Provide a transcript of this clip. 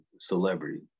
celebrity